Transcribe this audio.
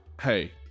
hey